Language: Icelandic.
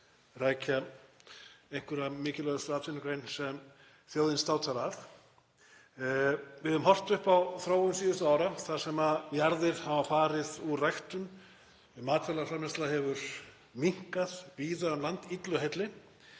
einhverja mikilvægustu atvinnugrein sem þjóðin státar af. Við höfum horft upp á þróun síðustu ára þar sem jarðir hafa farið úr ræktun og matvælaframleiðsla hefur minnkað víða um land, illu heilli.